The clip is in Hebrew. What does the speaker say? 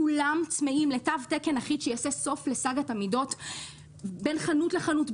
כולם צמאים לתו תקן אחיד שיעשה סוף לסאגת המידות בין חנות לחנות,